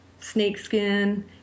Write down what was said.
snakeskin